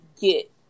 get